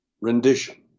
rendition